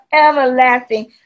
Everlasting